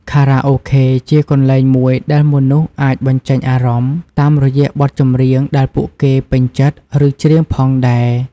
ខារ៉ាអូខេជាកន្លែងមួយដែលមនុស្សអាចបញ្ចេញអារម្មណ៍ តាមរយៈបទចម្រៀងដែលពួកគេពេញចិត្ត ឬច្រៀងផងដែរ។